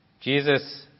Jesus